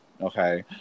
okay